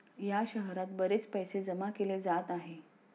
या शहरात बरेच पैसे जमा केले जात आहे